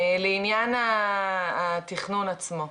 לעניין התכנון עצמו,